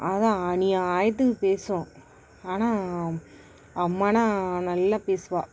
அது அநியாயத்துக்கு பேசும் ஆனால் அம்மான்னா நல்லா பேசுவாள்